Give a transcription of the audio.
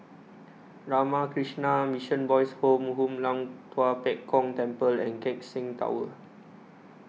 Ramakrishna Mission Boys' Home Hoon Lam Tua Pek Kong Temple and Keck Seng Tower